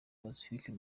pacifique